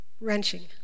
wrenching